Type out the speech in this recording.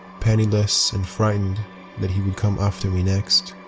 penniless and frightened that he would come after me next.